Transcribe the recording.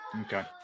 okay